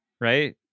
right